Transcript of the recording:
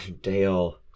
Dale